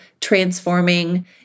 transforming